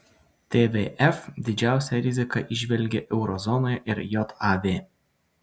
tvf didžiausią riziką įžvelgia euro zonoje ir jav